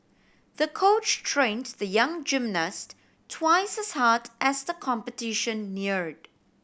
the coach trained the young gymnast twice hard as the competition neared